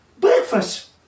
breakfast